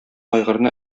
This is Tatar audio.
айгырны